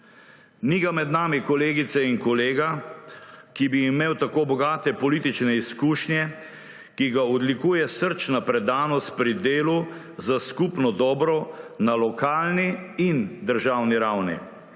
Ni ga med nami, kolegice in kolega, ki bi imel tako bogate politične izkušnje, ki ga odlikuje srčna predanost pri delu za skupno dobro na lokalni in državni ravni.